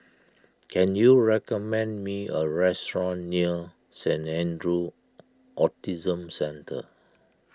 can you recommend me a restaurant near Saint andrew's Autism Centre